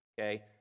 okay